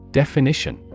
definition